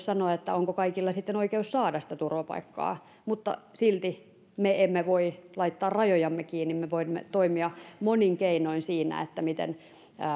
sanoa onko kaikilla sitten oikeus saada sitä turvapaikkaa mutta silti me emme voi laittaa rajojamme kiinni me voimme toimia monin keinoin siinä miten